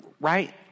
right